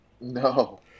No